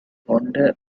wondered